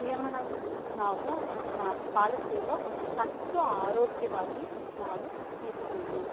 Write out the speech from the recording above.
ನಿಯಮನ ನಾವು ಮಾ ಪಾಲಿಸ್ತೇವೋ ಅಷ್ಟು ಆರೋಗ್ಯವಾಗಿ ನಾವು ಇರ್ತೀವಿ